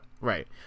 Right